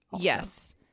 Yes